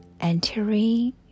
entering